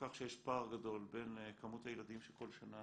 כך שיש פער גדול בין כמות הילדים שכל שנה